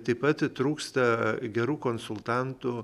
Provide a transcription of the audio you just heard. taip pat trūksta gerų konsultantų